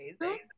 Amazing